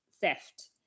theft